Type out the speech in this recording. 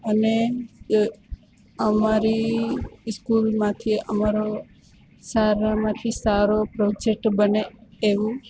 અને અમારી સ્કૂલમાંથી અમારો સારામાંથી સારો પ્રોજેક્ટ બને એવું